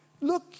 look